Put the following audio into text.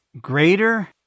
greater